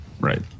Right